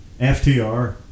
FTR